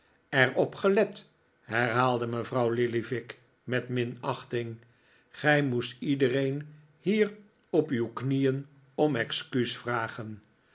er op gelet herhaalde mevrouw lillyvick met minachting gij moest iedereen hier op uw knieen om excuus vragen